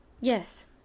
Yes